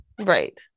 right